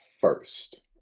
first